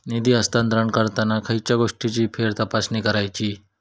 निधी हस्तांतरण करताना खयच्या गोष्टींची फेरतपासणी करायची?